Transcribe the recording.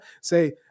say